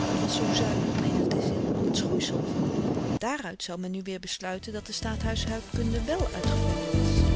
dat was zoo zuinig meende de ziel om t schoeisel daaruit zou men nu weer besluiten dat de staathuishoudkunde wèl uitgevonden was